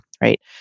right